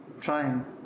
trying